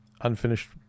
unfinished